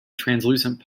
translucent